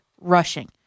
rushing